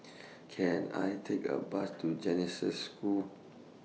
Can I Take A Bus to Genesis School